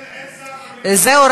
זהו,